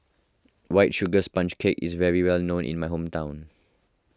White Sugar Sponge Cake is well known in my hometown